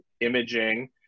imaging